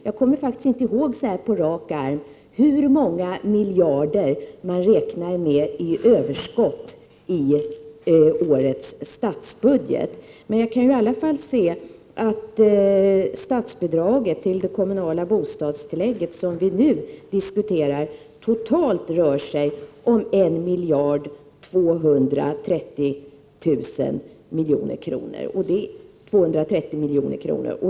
Jag kommer inte ihåg på rak arm hur många miljarder man räknar med i överskott i årets statsbudget, men jag kan i alla fall se att statsbidraget till det kommunala bostadstillägget, som vi nu diskuterar, totalt rör sig om 1 230 milj.kr.